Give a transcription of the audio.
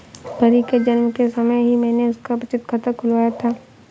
परी के जन्म के समय ही मैने उसका बचत खाता खुलवाया था